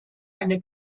eine